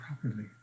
properly